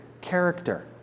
character